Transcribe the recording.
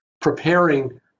preparing